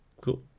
Cool